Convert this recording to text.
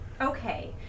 Okay